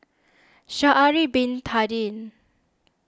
Sha'ari Bin Tadin